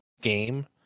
game